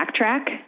backtrack